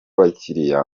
abakiriya